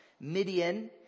Midian